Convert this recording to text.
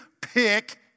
Pick